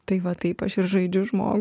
tai va taip aš ir žaidžiu žmogų